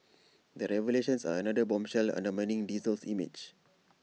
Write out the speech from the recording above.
the revelations are another bombshell undermining diesel's image